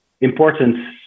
important